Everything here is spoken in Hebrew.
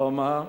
כלומר,